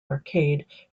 arcade